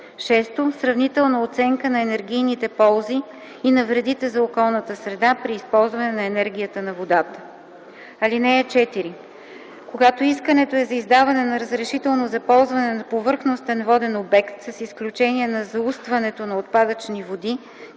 6. сравнителна оценка на енергийните ползи и на вредите за околната среда при използване на енергията на водата. (4) Когато искането е за издаване на разрешително за ползване на повърхностен воден обект, с изключение на заустването на отпадъчни води,